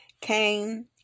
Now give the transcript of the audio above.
came